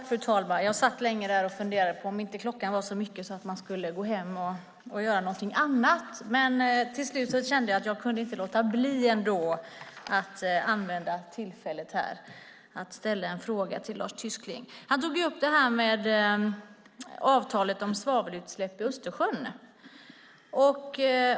Fru talman! Jag satt länge och funderade på om inte klockan var så mycket att jag skulle gå hem och göra något annat. Men till slut kände jag att jag inte kunde låta bli att använda detta tillfälle för att ställa en fråga till Lars Tysklind. Han tog upp avtalet om svavelutsläpp i Östersjön.